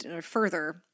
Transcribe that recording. further